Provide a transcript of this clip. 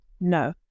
No